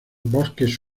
bosques